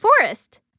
Forest